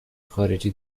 خارجی